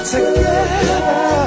Together